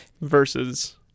versus